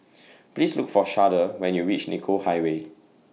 Please Look For Sharde when YOU REACH Nicoll Highway